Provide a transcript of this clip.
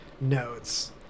notes